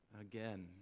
again